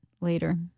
later